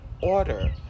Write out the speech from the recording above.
order